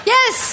Yes